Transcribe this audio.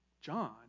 John